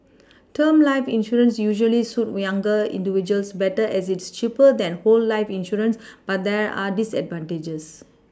term life insurance usually suit younger individuals better as it is cheaper than whole life insurance but there are disadvantages